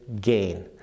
gain